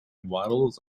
waddles